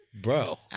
Bro